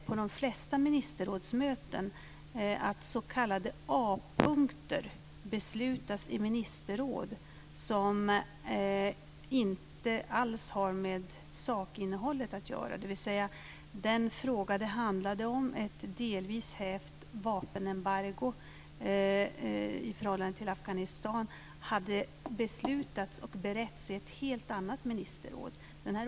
På de flesta ministerrådsmöten beslutas s.k. A-punkter i ministerråd som inte alls har med sakinnehållet att göra, dvs. den fråga det handlade om, ett delvis hävt vapenembargo i förhållande till Afghanistan, hade beslutats och beretts i ett helt annat ministerråd.